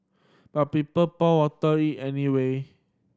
but people poured watery anyway